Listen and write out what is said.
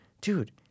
Dude